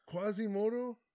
Quasimodo